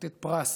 לתת פרס